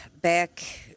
Back